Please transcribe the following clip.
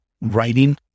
writing